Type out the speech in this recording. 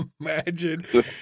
imagine